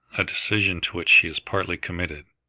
a decision to which she is partly committed.